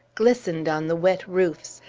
glistened on the wet roofs,